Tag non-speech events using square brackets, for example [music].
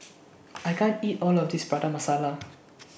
I can't eat All of This Prata Masala [noise]